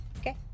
Okay